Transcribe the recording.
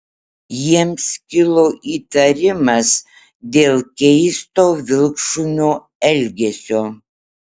jiems kilo įtarimas dėl keisto vilkšunio elgesio